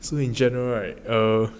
so in general right err